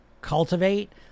cultivate